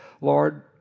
Lord